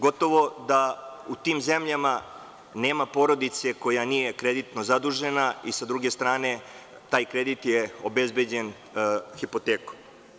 Gotovo da u tim zemljama nema porodice koja nije kreditno zadužena i, sa druge strane, taj kredit je obezbeđen hipotekom.